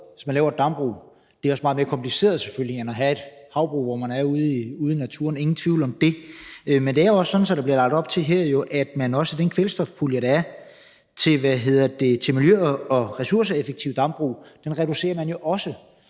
hvis man laver et dambrug. Det er selvfølgelig også meget mere kompliceret end at have et havbrug, hvor man er ude i naturen – ingen tvivl om det. Men det er jo også sådan, at der her bliver lagt op til, at man også reducerer den kvælstofpulje, der er til miljø- og ressourceeffektive dambrug, og det giver nogle